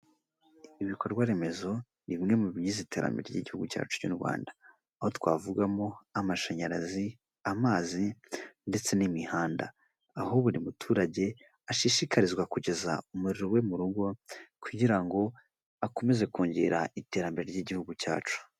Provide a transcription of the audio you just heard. Ibikorwa remezo ni bimwe mu bigize iterambere ry'igihugu cyacu cy'u Rwanda, aho twavugamo amashanyarazi, amazi ndetse n'imihanda, aho buri muturage ashishikarizwa kugeza umuriro we mu rugo kugira ngo akomeze kongera iterambere ry'igihugu cyacu.